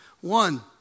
one